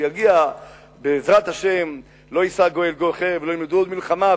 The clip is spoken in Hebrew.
כשיגיע בעזרת השם "לא ישא גוי אל גוי חרב ולא ילמדו עוד מלחמה",